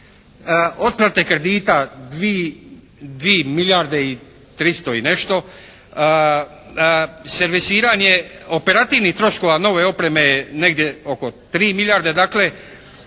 Otplate kredita 2 milijarde tristo i nešto. Servisiranje operativnih troškova nove opreme negdje oko 3 milijarde. Dakle,